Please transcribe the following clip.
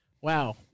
Wow